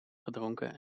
gedronken